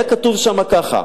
היה כתוב שם ככה: